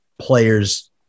players